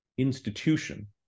institution